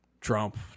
Trump